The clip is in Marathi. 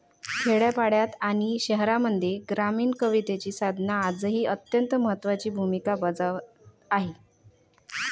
खेड्यापाड्यांत आणि शहरांमध्ये ग्रामीण कवितेची साधना आजही अत्यंत महत्त्वाची भूमिका बजावत आहे